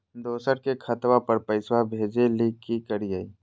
दोसर के खतवा पर पैसवा भेजे ले कि करिए?